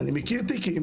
אני מכיר תיקים